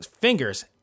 fingers